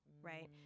right